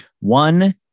One